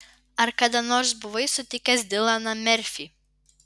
ar kada nors buvai sutikęs dilaną merfį